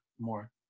more